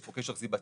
יש פה קשר סיבתי,